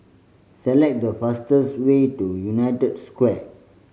select the fastest way to United Square